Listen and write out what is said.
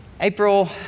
April